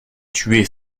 tuer